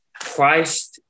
Christ